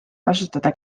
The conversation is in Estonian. kasutada